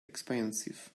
expensive